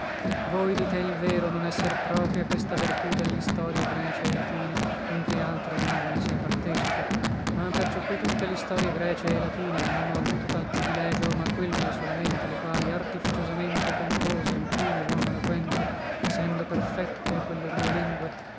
voi dite il vero non esser propria questa vertù dellistorie grece e latine non che altra lingua ne sia partecipe ma percioché tutte listorie grece e latine non hanno avuto tal privilegio ma quelle solamente le quali artificiosamente compose alcuno uomo eloquente sendo perfette quelle due lingue